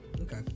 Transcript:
Okay